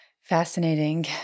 Fascinating